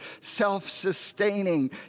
self-sustaining